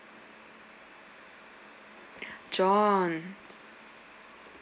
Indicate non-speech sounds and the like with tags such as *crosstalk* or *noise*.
*breath* john